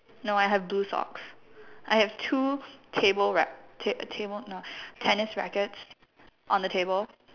no I have blue socks I have two table rack~ ta~ table no tennis rackets on the table